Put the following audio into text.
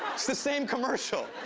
it's the same commercial.